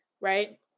Right